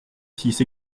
six